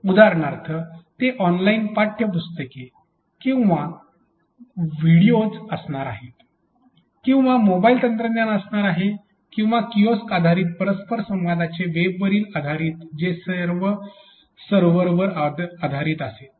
उदाहरणार्थ ते ऑनलाइन पाठ्य ई पुस्तके किंवा व्हिडीओज असणार आहे किंवा मोबाइल तंत्रज्ञान असणार किंवा कियोस्क आधारित परस्पर संवादाचे वेबवर आधारित जे सर्व सर्व्हरवर आधारित असेल